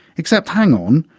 except, hang on,